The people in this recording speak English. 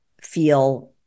feel